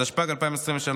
התשפ"ג 2023,